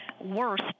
worse